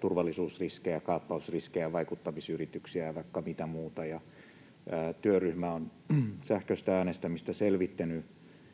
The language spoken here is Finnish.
turvallisuusriskejä, kaappausriskejä, vaikuttamisyrityksiä ja vaikka mitä muuta. Työryhmä on sähköistä äänestämistä selvittänyt,